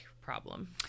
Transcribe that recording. problem